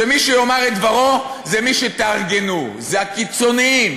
שמי שיאמר את דברו זה מי שתארגנו, זה הקיצוניים.